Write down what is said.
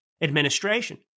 administration